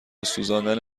سوزاندن